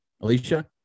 Alicia